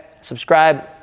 Subscribe